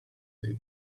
dai